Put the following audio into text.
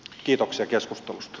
kiitoksia keskustelusta